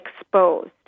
exposed